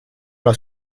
alla